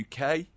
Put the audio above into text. UK